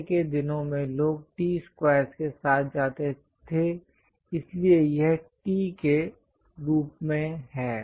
पहले के दिनों में लोग T स्क्वेयर्स के साथ जाते थे इसलिए यह T के रूप में है